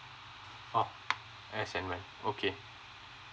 oh when okay